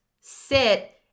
sit